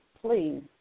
please